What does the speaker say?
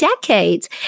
decades